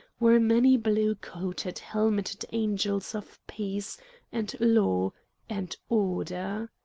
were many blue-coated, helmeted angels of peace and law and order.